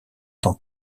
tant